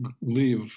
live